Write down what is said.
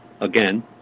Again